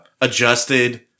adjusted